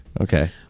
okay